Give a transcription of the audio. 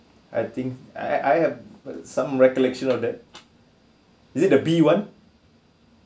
I think I I have uh some collection of that is it the bee [one]